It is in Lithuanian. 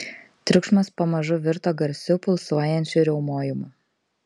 triukšmas pamažu virto garsiu pulsuojančiu riaumojimu